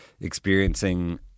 experiencing